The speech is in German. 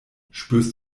spürst